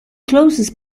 closest